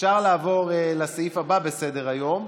אפשר לעבור לסעיף הבא בסדר-היום,